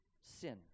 sin